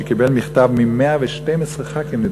שקיבל מכתב מ-112 ח"כים,